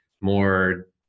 more